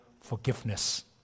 forgiveness